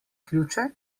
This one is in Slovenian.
ključe